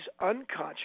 unconscious